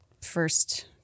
first